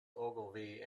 ogilvy